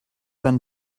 been